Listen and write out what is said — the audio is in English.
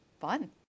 fun